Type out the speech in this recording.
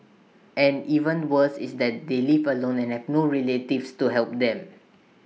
and even worse is that they live alone and have no relatives to help them